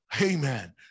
Amen